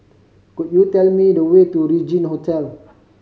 could you tell me the way to Regin Hotel